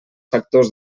factors